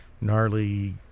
gnarly